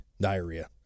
Diarrhea